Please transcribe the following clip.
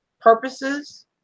purposes